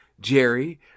Jerry